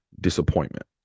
disappointment